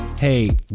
Hey